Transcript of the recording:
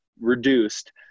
reduced